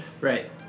Right